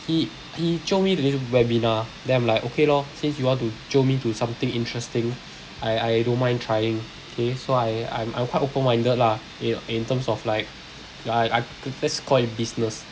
he he jio me to this webinar then I'm like okay lor since you want to jio me to something interesting I I don't mind trying okay so I I'm I'm quite open minded lah in in terms of like like I I let's call it business